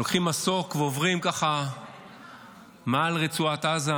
לוקחים מסוק ועוברים ככה מעל רצועת עזה,